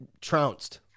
trounced